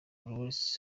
lloris